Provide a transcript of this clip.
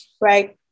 Right